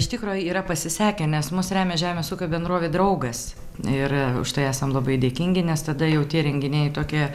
iš tikro yra pasisekę nes mus remia žemės ūkio bendrovė draugas ir už tai esam labai dėkingi nes tada jau tie renginiai tokie